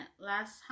last